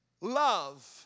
love